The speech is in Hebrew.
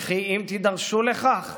וכי אם תידרשו לכך,